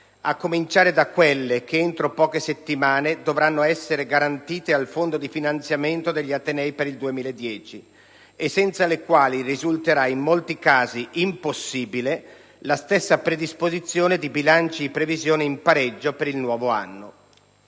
a cominciare da quelle che, entro poche settimane, dovranno essere garantite al fondo di finanziamento degli atenei per il 2010, senza le quali risulterà in molti casi impossibile la stessa predisposizione di bilanci di previsione in pareggio per il nuovo anno.